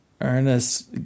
Ernest